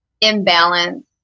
imbalance